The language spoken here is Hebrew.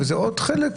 וזה עוד חלק מסוים,